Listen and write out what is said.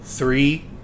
three